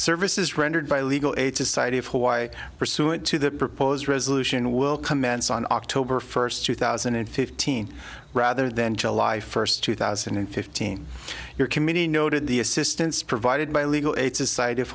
services rendered by legal aid society of hawaii pursuant to the proposed resolution will commence on october first two thousand and fifteen rather than july first two thousand and fifteen your committee noted the assistance provided by legal aid society of